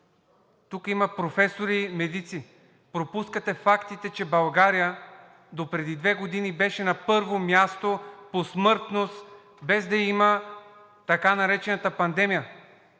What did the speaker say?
Тук има професори, медици. Пропускате фактите, че България допреди две години беше на първо място по смъртност, без да има така наречената пандемия.